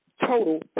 total